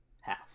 half